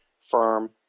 firm